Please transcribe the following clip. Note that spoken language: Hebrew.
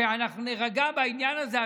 שאנחנו נירגע בעניין הזה?